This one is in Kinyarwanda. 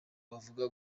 bavuga